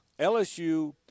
LSU